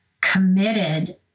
committed